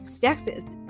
sexist，